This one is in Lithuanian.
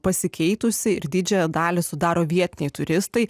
pasikeitusi ir didžiąją dalį sudaro vietiniai turistai